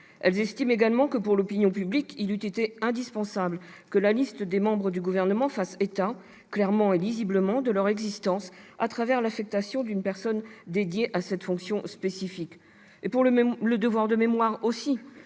Elles estiment également que, pour l'opinion publique, il eût été indispensable que la liste des membres du Gouvernement fasse état, clairement et lisiblement, de leur existence à travers l'affectation d'une personne dédiée à cette fonction spécifique. Indispensable aussi pour le devoir de mémoire, afin